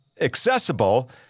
accessible